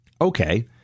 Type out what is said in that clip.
Okay